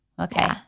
okay